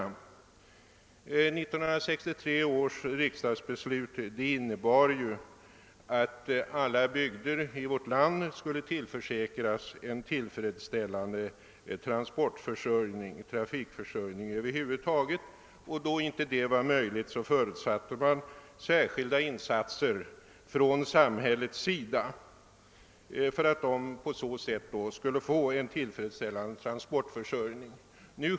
1963 års riksdagsbeslut innebar att alla bygder i vårt land skulle tillförsäkras en tillfredsställande transportförsörjning, men det förutsattes att detta inte var möjligt utan särskilda insatser från samhällets sida inom en del glesbygdsoch skärgårdsområden.